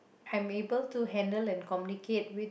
I'm able to handle and communicate with